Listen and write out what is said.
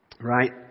Right